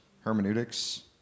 hermeneutics